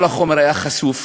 כל החומר היה חשוף,